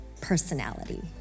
personality